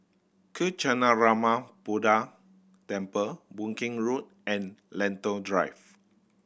Kancanarama Buddha Temple Boon Keng Road and Lentor Drive